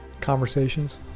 conversations